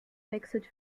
wechselt